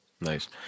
Nice